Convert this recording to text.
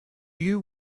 you